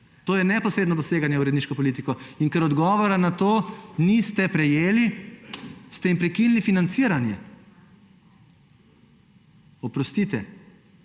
to je neposredno poseganje v uredniško politiko. In ker odgovora na to niste prejeli, ste jim prekinili financiranje. Oprostite,